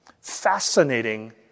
Fascinating